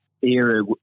era